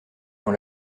dans